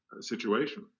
situation